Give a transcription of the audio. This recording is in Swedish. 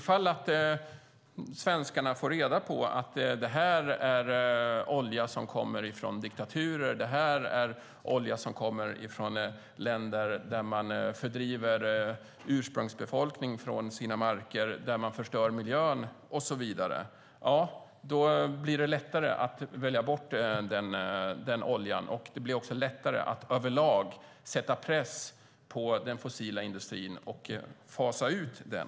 Om svenskarna får reda på att det är olja som kommer från diktaturer, från länder där man fördriver ursprungsbefolkningen från deras marker, från länder som förstör miljön och så vidare blir det lättare att välja bort den oljan. Det blir också lättare att sätta press på den fossila industrin och fasa ut den.